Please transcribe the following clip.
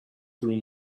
through